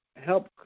help